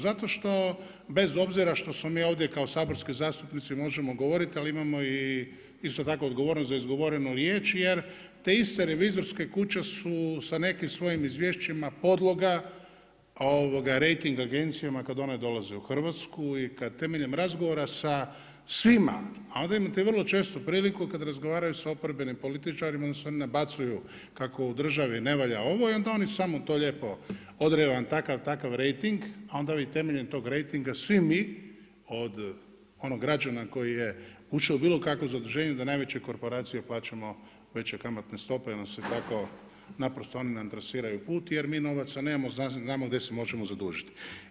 Zato što bez obzira što smo mi ovdje kao saborski zastupnici možemo govoriti ali imamo i isto tako odgovornost za izgovorenu riječ jer te iste revizorske kuće su sa nekim svojim izvješćima podloga rejting agencijama kad one dolaze u Hrvatsku i kad temeljem razgovora sa svima a onda imate vrlo često priliku kad razgovaraju sa oporbenim političarima, onda se oni nabacuju kako u državi ne valja ovo i onda oni samo to lijepo, odrede da vam takav i takav rejting, a onda vi temeljem tog rejtinga svi mi, onog građana koji je ušao u bilo kakvo zaduženje, da najvećoj korporaciji plaćamo veće kamatne stope naprosto oni nam tako antrasiraju put, je mi novaca nemamo, znamo gdje se možemo zadužiti.